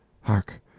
Hark